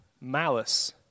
malice